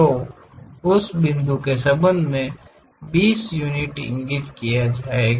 तो उस बिंदु के संबंध में बीस यूनिट इंगित किया जाता हैं